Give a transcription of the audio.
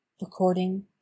Recording